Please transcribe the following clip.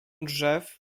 drzew